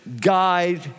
guide